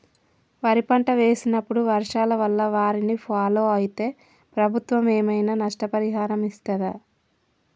వరి పంట వేసినప్పుడు వర్షాల వల్ల వారిని ఫాలో అయితే ప్రభుత్వం ఏమైనా నష్టపరిహారం ఇస్తదా?